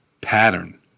pattern